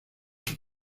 sus